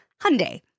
Hyundai